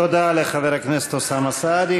תודה לחבר הכנסת אוסאמה סעדי.